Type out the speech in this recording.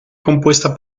compuesta